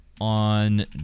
on